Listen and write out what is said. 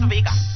Vegas